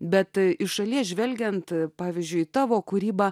bet iš šalies žvelgiant pavyzdžiui tavo kūryba